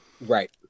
Right